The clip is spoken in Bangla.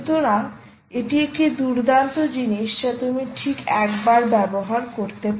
সুতরাং এটি একটি দুর্দান্ত জিনিস যা তুমি ঠিক একবার ব্যবহার করতে পার